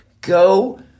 go